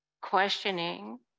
questioning